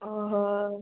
ଓହୋ